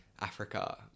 Africa